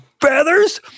feathers